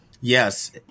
Yes